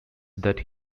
that